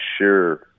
sure